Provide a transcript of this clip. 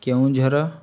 Keonjhar